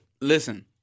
Listen